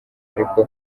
ariko